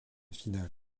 finale